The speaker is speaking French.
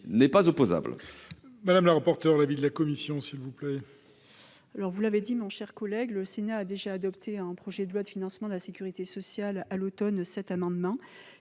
n'est pas opposable.